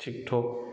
TikTok